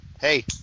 hey